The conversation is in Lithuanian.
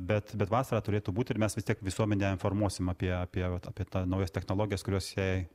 bet bet vasarą turėtų būti ir mes vis tiek visuomenę informuosim apie apie vat apie tą naujas technologijas kurios jei